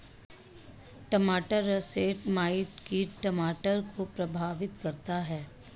टमाटर russet mite कीट टमाटर को प्रभावित करता है